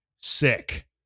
sick